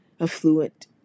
affluent